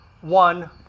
one